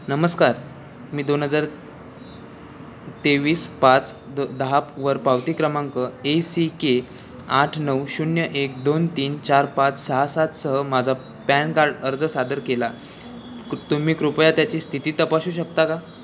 नमस्कार मी दोन हजार तेवीस पाच द दहा वर पावती क्रमांक ए सी के आठ नऊ शून्य एक दोन तीन चार पाच सहा सातसह माझा पॅन कार्ड अर्ज सादर केला तुम्ही कृपया त्याची स्थिती तपासू शकता का